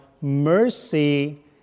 mercy